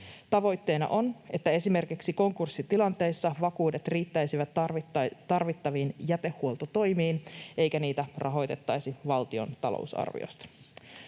Tavoitteena on, että esimerkiksi konkurssitilanteissa vakuudet riittäisivät tarvittaviin jätehuoltotoimiin eikä niitä rahoitettaisi valtion talousarviosta.